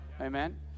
amen